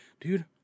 Dude